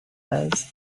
lesbos